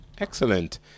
Excellent